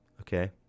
okay